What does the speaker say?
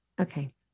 Okay